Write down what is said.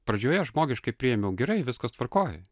pradžioje aš žmogiškai priėmiau gerai viskas tvarkoj